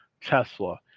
tesla